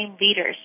leaders